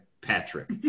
Patrick